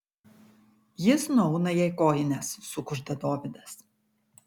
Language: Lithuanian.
jis nuauna jai kojines sukužda dovydas